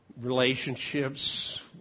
relationships